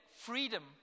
freedom